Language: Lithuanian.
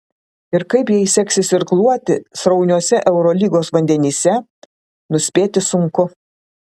ir kaip jai seksis irkluoti srauniuose eurolygos vandenyse nuspėti sunku